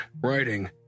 writing